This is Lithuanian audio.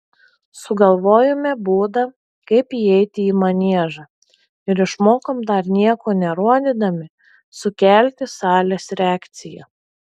sugalvojome būdą kaip įeiti į maniežą ir išmokom dar nieko nerodydami sukelti salės reakciją